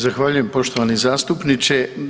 Zahvaljujem poštovani zastupniče.